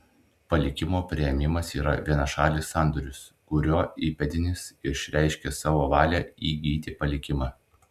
palikimo priėmimas yra vienašalis sandoris kuriuo įpėdinis išreiškia savo valią įgyti palikimą